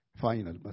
final